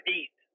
eat